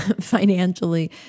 financially